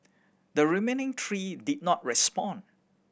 the remaining three did not respond